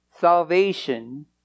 Salvation